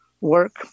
work